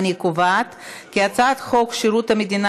אני קובעת כי הצעת חוק שירות המדינה